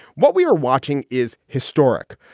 what we are watching is historic.